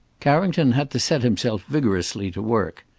carrington had to set himself vigorously to work.